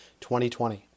2020